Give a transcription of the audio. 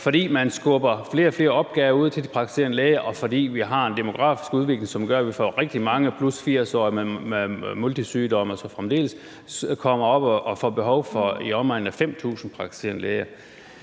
fordi man skubber flere og flere opgaver ud til de praktiserende læger, og fordi vi har en demografisk udvikling, som gør, at vi får rigtig mange +80-årige med multisygdomme og så fremdeles, så kommer vi op og får behov for i omegnen af 5.000 praktiserende læger.